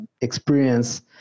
experience